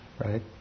right